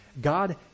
God